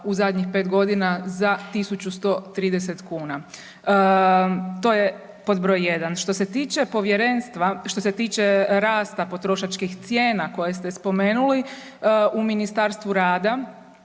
u zadnjih 5 godina za 1.130 kuna. To je pod broj jedan. Što se tiče povjerenstva, što se tiče rasta potrošačkih cijena koje ste spomenuli u Ministarstvu rada